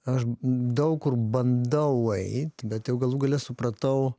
aš daug kur bandau eit bet jau galų gale supratau